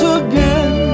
again